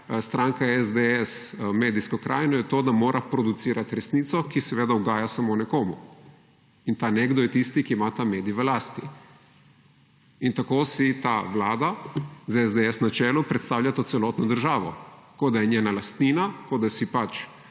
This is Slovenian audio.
stranka SDS medijsko krajino, je to, da mora producirati resnico, ki seveda ugaja samo nekomu in ta nekdo je tisti, ki ima ta medij v lasti. In tako si ta vlada z SDS na čelu predstavlja to celotno državo, kot da je njena lastnina, kot da si pač